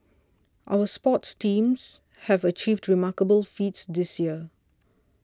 our sports teams have achieved remarkable feats this year